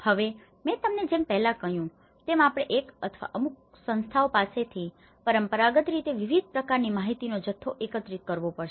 હવે મેં તમને જેમ પહેલા કહ્યું હતું તેમ આપણે એક અથવા અમુક સંસ્થાઓ પાસેથી પરંપરાગત રીતે વિવિધ પ્રકારની માહિતીનો જથ્થો એકત્રિત કરવો પડશે